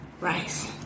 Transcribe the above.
Rice